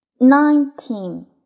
nineteen